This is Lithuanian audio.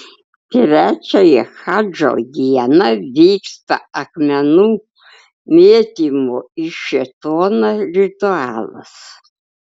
trečiąją hadžo dieną vyksta akmenų mėtymo į šėtoną ritualas